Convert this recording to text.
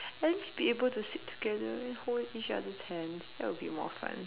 at least be able to sit together and hold each other's hands that would be more fun